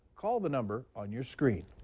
call the number on your screen.